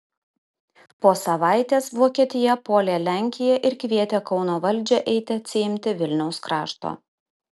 po savaitės vokietija puolė lenkiją ir kvietė kauno valdžią eiti atsiimti vilniaus krašto